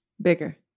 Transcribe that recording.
Bigger